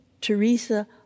Teresa